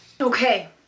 Okay